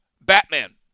Batman